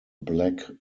black